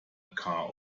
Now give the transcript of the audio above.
car